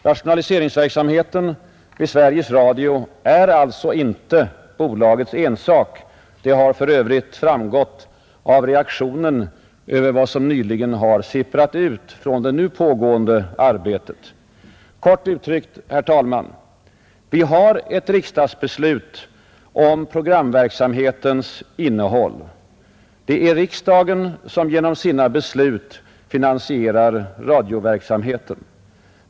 Rationaliseringsverksamheten vid Sveriges Radio är alltså inte bolagets ensak — det har för övrigt framgått av reaktionen över vad som nyligen sipprat ut från det pågående arbetet. Kort uttryckt, herr talman: Vi har ett riksdagsbeslut om programverksamhetens innehåll. Det är riksdagen som genom sina beslut finansierar radioverksamheten.